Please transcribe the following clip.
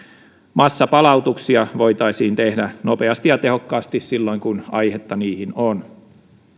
massapalautuksia voitaisiin tehdä nopeasti ja tehokkaasti silloin kun aihetta niihin on